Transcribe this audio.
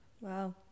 Wow